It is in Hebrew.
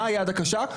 מה היד הקשה?